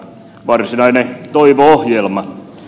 varsinainen toivo ohjelma